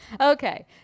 Okay